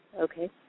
Okay